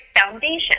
foundation